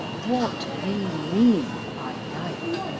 what we mean by life.